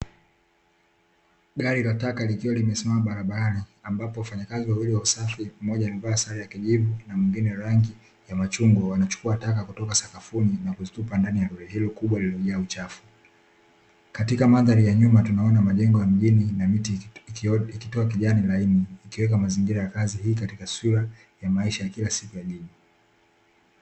Gari la taka likiwa limesimama barabarani, ambapo wafanyakazi wawili wa usafi, mmoja akiwa amevaa sare ya kijivu na mwingine rangi ya machungwa, wanachukua taka kutoka sakafuni na kuzitupa ndani ya lori hilo kubwa lililojaa uchafu. Katika mandhari ya nyuma tunaona majengo ya mjini na miti ikitoa kijani laini, ikiweka mazingira ya kazi hii katika taswira hii ya maisha ya kila siku ya jiji.